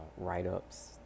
write-ups